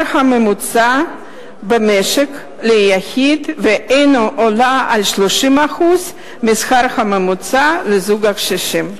הממוצע במשק ליחיד או על 30% מהשכר הממוצע לזוג קשישים.